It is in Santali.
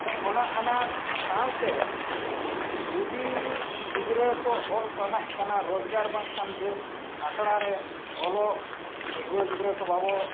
ᱛᱚ ᱚᱱᱟ ᱟᱱᱟᱴ ᱥᱟᱶᱛᱮ ᱡᱩᱫᱤ ᱜᱤᱫᱽᱨᱟᱹ ᱠᱚ ᱚᱞ ᱯᱟᱲᱦᱟᱜ ᱠᱟᱱᱟ ᱨᱚᱡᱽᱜᱟᱨ ᱵᱟᱝᱠᱷᱟᱱ ᱵᱮᱥ ᱟᱥᱲᱟᱨᱮ ᱚᱞᱚᱜ ᱯᱟᱹᱴᱷᱩᱣᱟᱹ ᱜᱤᱫᱽᱨᱟᱹ ᱠᱚ ᱵᱟᱵᱚᱱ